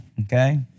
okay